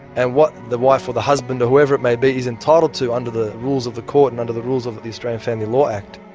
and what the wife or the husband or whoever it may be, is entitled to under the rules of the court and under the rules of the australian family law act.